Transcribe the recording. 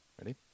Ready